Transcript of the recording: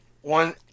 one